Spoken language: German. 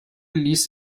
ließ